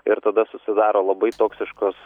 ir tada susidaro labai toksiškos